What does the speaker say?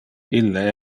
ille